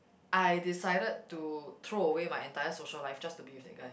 I decided to throw away my entire social life just to be with that guy